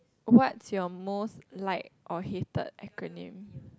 what's your most like or hated acronym